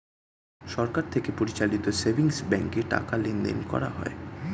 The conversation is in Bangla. সরকার থেকে পরিচালিত সেভিংস ব্যাঙ্কে টাকা লেনদেন করা হয়